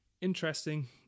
interesting